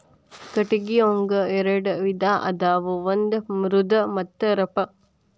ಕಟಗಿ ಒಂಗ ಎರೆಡ ವಿಧಾ ಅದಾವ ಒಂದ ಮೃದು ಮತ್ತ ರಫ್